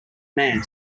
man